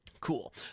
Cool